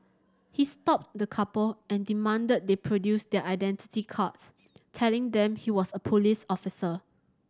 he stopped the couple and demanded they produce their identity cards telling them he was a police officer